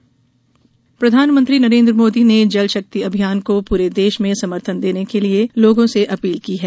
जलशक्ति मोदी प्रधानमंत्री नरेन्द्र मोदी ने जल शक्ति अभियान को पूरे देश में समर्थन देने के लिए लोगों से अपील की है